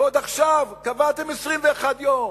ועוד עכשיו קבעתם 21 יום,